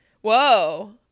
Whoa